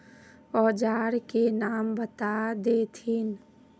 औजार के नाम बता देथिन?